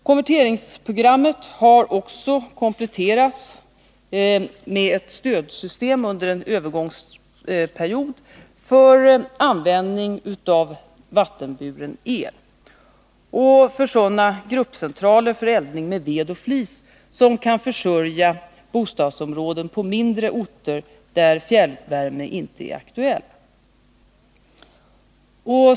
Konverteringsprogrammet har också kompletterats med ett stödsystem under en övergångstid för användning av vattenburen el och för sådana gruppcentraler för eldning med ved och flis som kan försörja bostadsområden på mindre orter där fjärrvärme inte är aktuell.